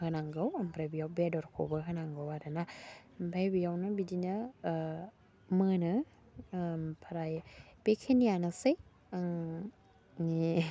होनांगौ ओमफ्राय बेयाव बेदरखौबो होनांगौ आरोना ओमफाय बेयावनो बिदिनो मोनो ओमफ्राय बेखिनियानोसै आंनि